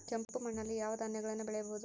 ಕೆಂಪು ಮಣ್ಣಲ್ಲಿ ಯಾವ ಧಾನ್ಯಗಳನ್ನು ಬೆಳೆಯಬಹುದು?